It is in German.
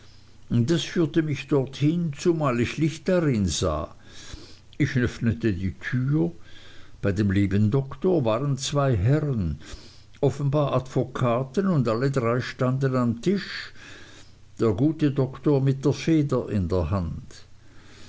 das führte mich dorthin zumal ich licht drin sah ich öffnete die tür bei dem lieben doktor waren zwei herren offenbar advokaten und alle drei standen am tisch der gute doktor mit der feder in der hand